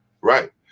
Right